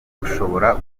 rushobora